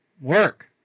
work